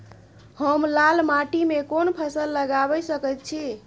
हम लाल माटी में कोन फसल लगाबै सकेत छी?